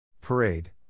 Parade